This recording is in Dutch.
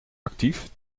actief